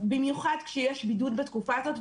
במיוחד כשיש בידוד בתקופה הזאת.